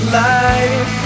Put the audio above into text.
life